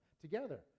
together